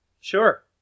Sure